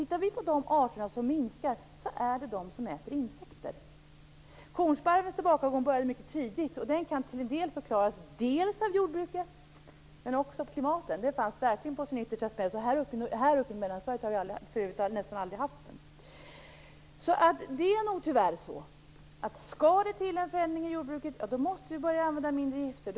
Tittar vi på vilka arter som minskar finner vi att det är de som äter insekter. Kornsparvens tillbakagång började mycket tidigt. Den kan till en del förklaras av jordbruket men också av klimatet. Den fanns verkligen på sitt utbredningsområdes yttersta spets, och här uppe i Mellansverige har vi för övrigt nästan aldrig haft den. Det är nog tyvärr så att skall det till en förändring i jordbruket måste vi börja använda mindre gifter.